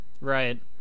Right